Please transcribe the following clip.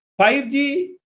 5g